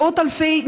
מאות אלפים,